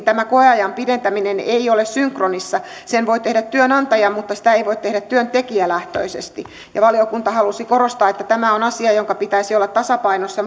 tämä koeajan pidentäminen ei ole synkronissa sen voi tehdä työnantaja mutta sitä ei voi tehdä työntekijälähtöisesti ja valiokunta halusi korostaa että tämä on asia jonka pitäisi olla tasapainossa